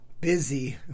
busy